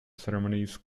ceremonies